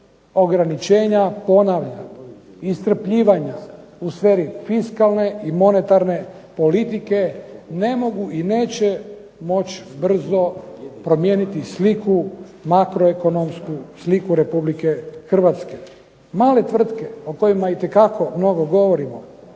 Ograničenja ponavljam, iscrpljivanja u sferi fiskalne i monetarne politike, ne mogu, i neće moći brzo promijeniti sliku makroekonomsku sliku Republike Hrvatske. Male tvrtke o kojima itekako mnogo govorimo